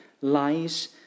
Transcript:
lies